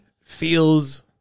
feels